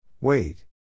Wait